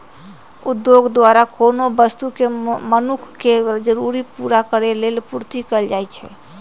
उद्योग द्वारा कोनो वस्तु के मनुख के जरूरी पूरा करेलेल पूर्ति कएल जाइछइ